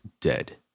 dead